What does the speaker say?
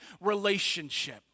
relationship